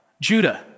Judah